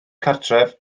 cartref